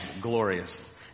glorious